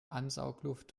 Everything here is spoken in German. ansaugluft